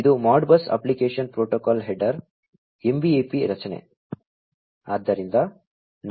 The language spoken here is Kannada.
ಇದು Modbus application protocol header MBAP ರಚನೆ